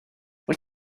wyt